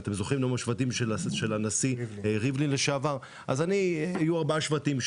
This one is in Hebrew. אתם זוכרים את נאום השבטים של הנשיא לשעבר ריבלין?! היו שם ארבעה שבטים.